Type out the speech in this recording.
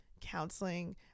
counseling